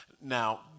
now